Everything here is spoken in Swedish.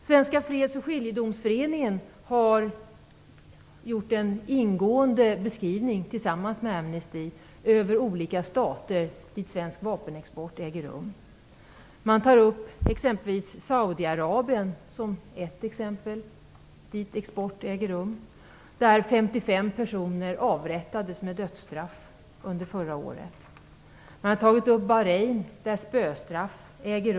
Svenska freds och skiljedomsföreningen har tillsammans med Amnesty gjort en ingående beskrivning av olika stater dit svensk vapenexport äger rum. Man tar upp Saudiarabien som ett exempel på ett land dit export äger rum. Där avrättades 55 personer med dödsstraff under förra året. Man tar upp Bahrain, där spöstraff utdelas.